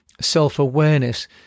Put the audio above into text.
self-awareness